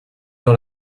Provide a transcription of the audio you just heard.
dans